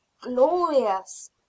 Glorious